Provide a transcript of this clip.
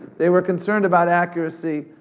they were concerned about accuracy.